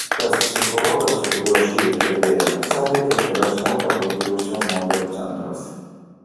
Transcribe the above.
tas psichologas su kuriuo šįryt kalbėjome sakė kad yra smurtą patyrusių moterų centras